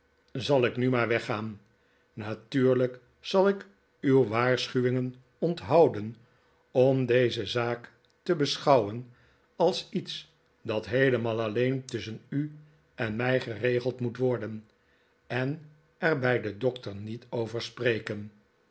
zal ik nu maar weggaan natuurlijk zal ik uw waarik blijf voorgoed bij de wick field's schuwing onthouden om deze zaak te beschouwen als iets dat heelemaal alleen tusschen u en mij geregeld moet worden en er bij den doctor niet over spreken